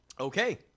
Okay